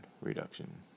reduction